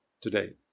today